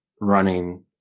running